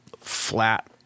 flat